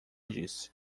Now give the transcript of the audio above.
disse